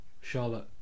Charlotte